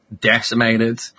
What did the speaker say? decimated